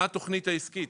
מה התוכנית העסקית,